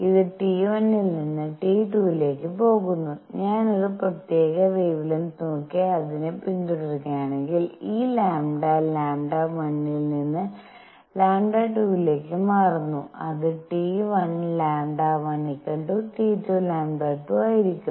ഇത് T₁ ൽ നിന്ന് T₂ ലേക്ക് പോകുന്നു ഞാൻ ഒരു പ്രത്യേക വെവെലെങ്ത് നോക്കി അതിനെ പിന്തുടരുകയാണെങ്കിൽ ഈ ലാംഡ λ₁ ൽ നിന്ന് λ₂ ലേക്ക് മാറുന്നു അത് T₁ λ₁ T₂ λ₂ ആയിരിക്കും